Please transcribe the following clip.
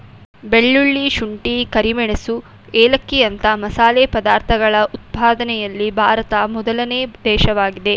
ಬೆಳ್ಳುಳ್ಳಿ, ಶುಂಠಿ, ಕರಿಮೆಣಸು ಏಲಕ್ಕಿಯಂತ ಮಸಾಲೆ ಪದಾರ್ಥಗಳ ಉತ್ಪಾದನೆಯಲ್ಲಿ ಭಾರತ ಮೊದಲನೇ ದೇಶವಾಗಿದೆ